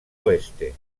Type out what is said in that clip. oeste